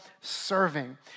serving